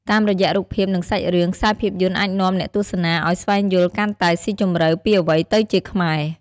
តាមរយៈរូបភាព និងសាច់រឿង ខ្សែភាពយន្តអាចនាំអ្នកទស្សនាឱ្យស្វែងយល់កាន់តែស៊ីជម្រៅពីអ្វីទៅជាខ្មែរ ។